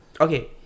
okay